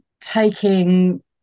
taking